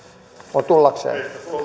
on tullakseen